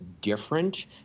different